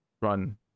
run